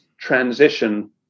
transition